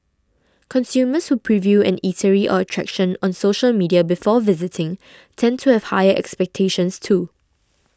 consumers who preview an eatery or attraction on social media before visiting tend to have higher expectations too